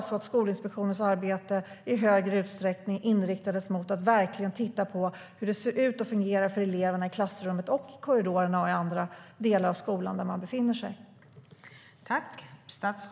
Skolinspektionens arbete borde i större utsträckning inriktas på att verkligen titta på hur det ser ut och fungerar för eleverna i klassrummen, korridorerna och andra delar av skolan där de befinner sig.